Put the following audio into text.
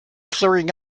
clearing